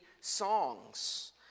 songs